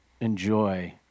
enjoy